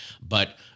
But-